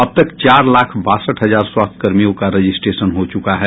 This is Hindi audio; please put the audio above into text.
अब तक चार लाख बासठ हजार स्वास्थ्यकर्मियों का रजिस्ट्रेशन हो चुका है